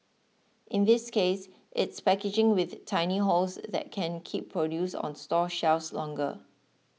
in this case it's packaging with tiny holes that can keep produce on store shelves longer